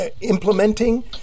implementing